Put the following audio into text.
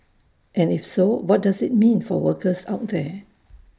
and if so what does IT mean for workers out there